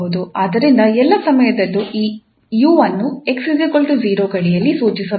ಆದ್ದರಿಂದ ಎಲ್ಲಾ ಸಮಯದಲ್ಲೂ ಈ 𝑢 ಅನ್ನು 𝑥 0 ಗಡಿಯಲ್ಲಿ ಸೂಚಿಸಬೇಕು